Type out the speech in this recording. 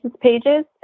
pages